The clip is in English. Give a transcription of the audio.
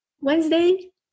Wednesday